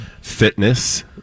fitness